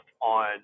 on